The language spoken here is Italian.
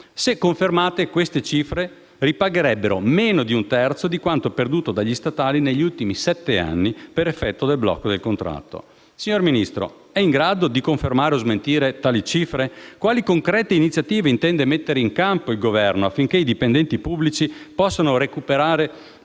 Se confermate, queste cifre ripagherebbero meno di un terzo di quanto perduto dagli statali negli ultimi sette anni per effetto del blocco del contratto. Signor Ministro, è in grado di confermare o smentire tali cifre? Quali concrete iniziative intende mettere in campo il Governo affinché i dipendenti pubblici possano recuperare